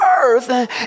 earth